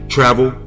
Travel